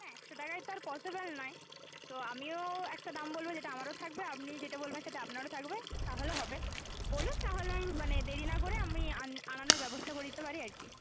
না একশো টাকায় তো আর পসিবল নয় তো আমিও একটা দাম বলবো যেটা আমারও থাকবে আপনি যেটা বলবেন সেটা আপনারও থাকবে তাহলে হবে বলুন তাহলে মানে দেরি না করে আমি আনানোর ব্যবস্থা করে দিতে পারি আর কি